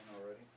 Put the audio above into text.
already